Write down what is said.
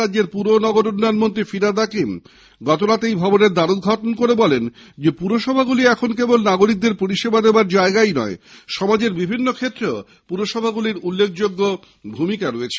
রাজ্যের পুর ও নগরোন্নয়ন মন্ত্রী ফিরহাদ হাকিম গতরাতে এই ভবনের দ্বারোদঘাটন করে বলেন পুরসভা গুলি এখন কেবল নাগরিকদের পরিষেবা দেওয়ার জায়গা নয় সমাজের বিভিন্ন ক্ষেত্রেও পুরসভা গুলির উল্লেখযোগ্য ভূমিকা রয়েছে